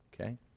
Okay